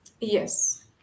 Yes